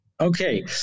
Okay